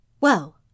Well